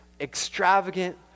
extravagant